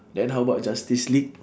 then how about justice league